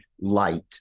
light